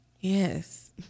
Yes